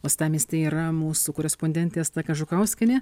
uostamiesty yra mūsų korespondentė asta kažukauskienė